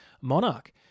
monarch